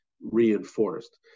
reinforced